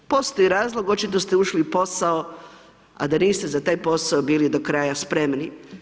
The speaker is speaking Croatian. Postoji razlog, očito ste ušli u posao, a da niste za taj posao bili do kraja spremni.